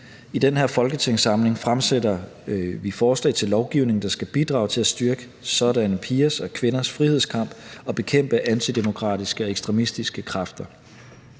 I den her folketingssamling fremsætter vi forslag til lovgivning, der skal bidrage til at styrke sådanne pigers og kvinders frihedskamp og bekæmpe antidemokratiske og ekstremistiske kræfter.